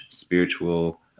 spiritual